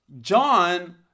John